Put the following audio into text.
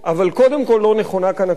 אבל קודם כול לא נכונה פה הקונספציה,